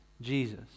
Jesus